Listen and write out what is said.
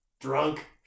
Drunk